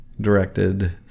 directed